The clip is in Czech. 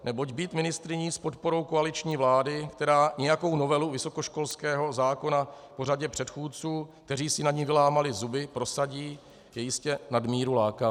Neboť být ministryní s podporou koaliční vlády, která nějakou novelu vysokoškolského zákona po řadě předchůdců, kteří si na ní vylámali zuby, prosadí, je jistě nadmíru lákavé.